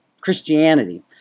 Christianity